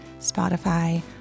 Spotify